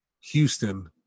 Houston